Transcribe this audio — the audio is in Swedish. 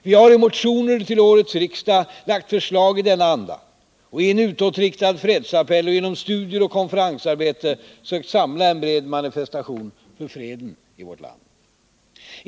Vi har i motioner till årets riksmöte lagt förslag i denna anda, och i en utåtriktad fredsappell och genom studier och konferensarbete sökt samla till en bred manifestation för freden i vårt land.